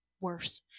worse